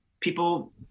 people